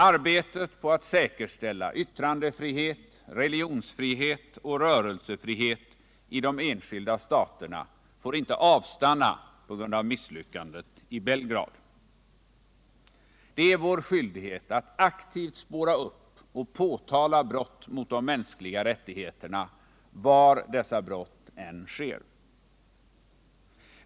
Arbetet på att säkerställa yttrandefrihet, religionsfrihet och rörelsefrihet i de enskilda staterna får inte avstanna på grund av misslyck andet i Belgrad. Det är vår skyldighet att aktivt spåra upp och påtala brott mot de mänskliga rättigheterna var dessa brott än sker.